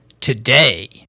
today